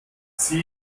sie